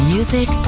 Music